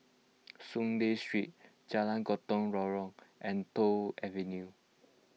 Soon Lee Street Jalan Gotong Royong and Toh Avenue